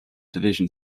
division